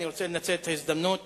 ואני רוצה לנצל את ההזדמנות